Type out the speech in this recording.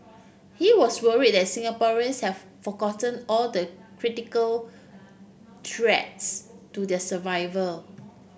he was worried that Singaporeans have forgotten all the critical threats to their survival